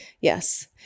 Yes